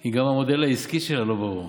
כי גם המודל העסקי שלה לא ברור.